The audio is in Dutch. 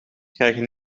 krijgen